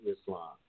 Islam